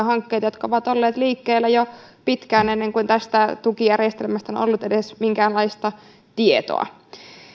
hankkeita jotka ovat olleet liikkeellä jo pitkään ennen kuin tästä tukijärjestelmästä on on ollut edes minkäänlaista tietoa